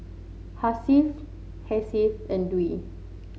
Hasif Hasif and Dwi